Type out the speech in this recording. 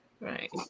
Right